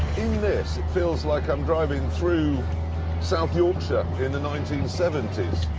in this, it feels like i'm driving through south yorkshire in the nineteen seventy s,